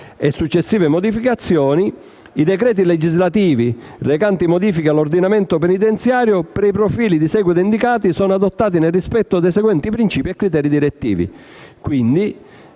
di cui all'articolo 34, i decreti legislativi recanti modifiche all'ordinamento penitenziario, per i profili di seguito indicati, sono adottati nel rispetto dei seguenti principi e criteri direttivi».